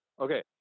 Okay